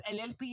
LLP